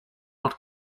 not